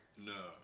No